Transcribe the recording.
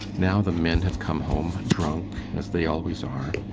now the men have come home drunk, as they always are.